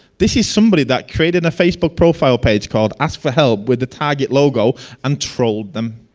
this is somebody that created a facebook profile page called ask for help with the target logo and trolled them.